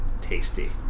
tasty